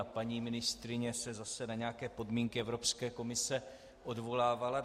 A paní ministryně se zase na nějaké podmínky Evropské komise odvolávala.